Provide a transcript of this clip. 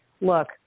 Look